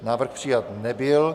Návrh přijat nebyl.